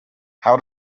how